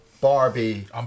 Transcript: Barbie